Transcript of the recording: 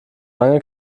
lange